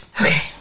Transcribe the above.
Okay